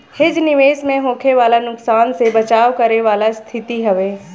hedge निवेश में होखे वाला नुकसान से बचाव करे वाला स्थिति हवे